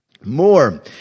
more